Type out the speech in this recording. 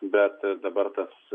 bet dabar tos